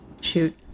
shoot